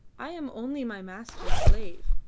i am only my master's slave,